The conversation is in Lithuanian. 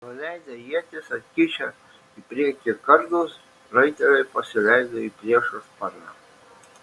nuleidę ietis atkišę į priekį kardus raiteliai pasileido į priešo sparną